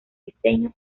diseño